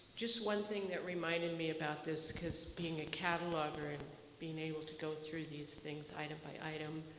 just one thing that reminded me about this, because being a cataloger and being able to go through these things item by item,